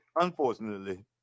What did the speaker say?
unfortunately